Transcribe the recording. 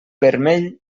vermell